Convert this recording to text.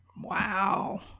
Wow